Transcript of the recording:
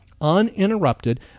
uninterrupted